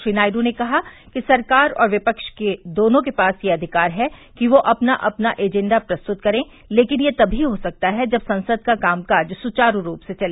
श्री नायडू ने कहा कि सरकार और विपक्ष दोनों के पास यह अधिकार है कि वे अपना अपना एजेंडा प्रस्तुत करें लेकिन यह तमी हो सकता है जब संसद का कामकाज सुचारू रूप से चले